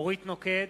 אורית נוקד,